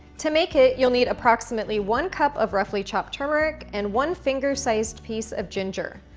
to make it you'll need approximately one cup of roughly chopped turmeric and one finger sized piece of ginger.